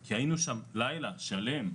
כי היינו שם לילה שלם,